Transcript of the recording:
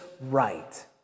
right